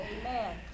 Amen